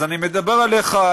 אז אני מדבר אליך,